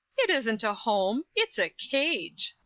it isn't a home it's a cage.